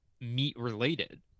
meat-related